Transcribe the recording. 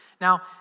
Now